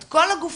את כל הגופים.